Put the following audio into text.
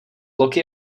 loki